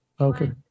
okay